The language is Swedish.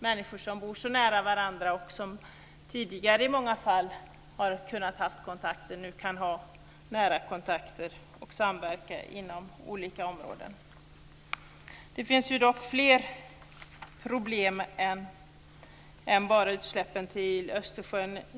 Människor som bor så nära varandra och som tidigare i många fall har kunnat ha kontakter kan nu igen ha nära kontakter och samverka inom olika områden. Det finns dock fler problem än utsläppen i Östersjön.